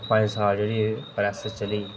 पंज साल जेह्ड़ी एह् प्रेस चली